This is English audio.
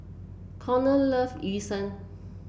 Corrie love Yu Sheng